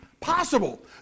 possible